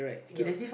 ya